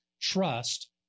trust